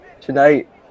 tonight